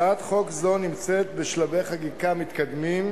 הצעת חוק זו נמצאת בשלבי חקיקה מתקדמים,